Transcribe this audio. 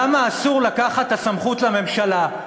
למה אסור לקחת את הסמכות לממשלה.